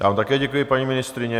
Já vám také děkuji, paní ministryně.